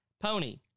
Pony